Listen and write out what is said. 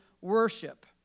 worship